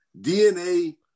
DNA